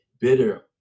bitter